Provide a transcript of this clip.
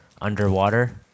underwater